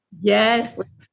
Yes